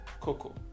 Coco